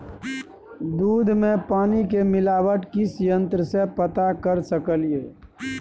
दूध में पानी के मिलावट किस यंत्र से पता कर सकलिए?